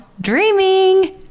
dreaming